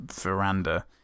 veranda